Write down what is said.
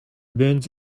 burns